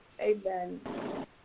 amen